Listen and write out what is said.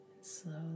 slowly